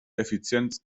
effizienz